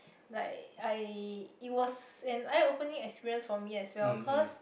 like I it was an eye opening experience for me as well cause